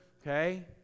okay